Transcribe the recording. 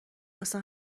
واسه